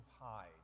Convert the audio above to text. hide